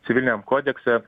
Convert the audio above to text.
civiliniam kodekse